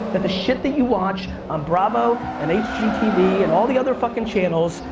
that the shit that you watch on bravo and hgtv and all the other fucking channels,